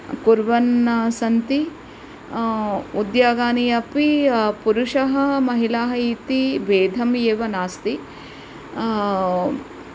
कुर्वन् सन्ति उद्योगानि अपि पुरुषः महिलाः इति भेदः एव नास्ति